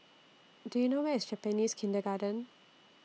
Do YOU know Where IS Japanese Kindergarten